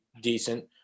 decent